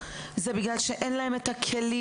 אבל אין להן את הכלים